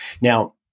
now